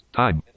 time